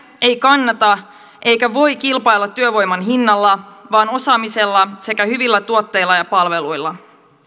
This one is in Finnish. ei kannata eikä se voi kilpailla työvoiman hinnalla vaan osaamisella sekä hyvillä tuotteilla ja palveluilla